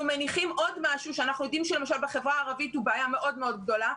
אנחנו מניחים עוד משהו שבחברה הערבית הוא בעיה מאוד מאוד גדולה.